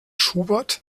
schubert